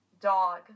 dog